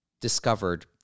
discovered